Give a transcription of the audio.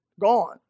gone